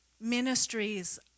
ministries